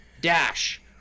Dash